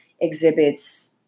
exhibits